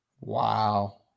Wow